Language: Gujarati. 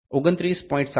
29